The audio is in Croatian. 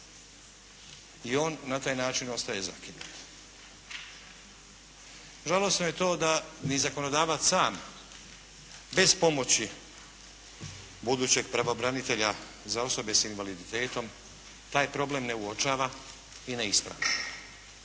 i on na taj način ostaje zakinut. Žalosno je i to da ni zakonodavac sam bez pomoći budućeg pravobranitelja za osobe sa invaliditetom taj problem ne uočava i ne istražuje